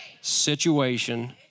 situation